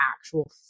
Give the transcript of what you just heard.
actual